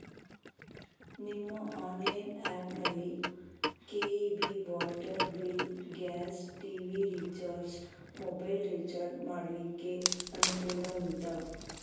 ನಿಮ್ಮ online app ನಲ್ಲಿ KEB, water bill, gas, TV recharge, mobile recharge ಮಾಡ್ಲಿಕ್ಕೆ ಅನುಕೂಲ ಉಂಟಾ